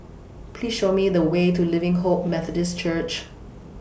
Please Show Me The Way to Living Hope Methodist Church